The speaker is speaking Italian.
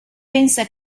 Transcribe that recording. pensa